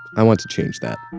i want to change that.